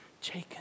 Jacob